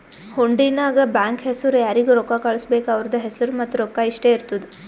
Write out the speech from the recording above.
ಹುಂಡಿ ನಾಗ್ ಬ್ಯಾಂಕ್ ಹೆಸುರ್ ಯಾರಿಗ್ ರೊಕ್ಕಾ ಕಳ್ಸುಬೇಕ್ ಅವ್ರದ್ ಹೆಸುರ್ ಮತ್ತ ರೊಕ್ಕಾ ಇಷ್ಟೇ ಇರ್ತುದ್